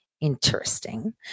interesting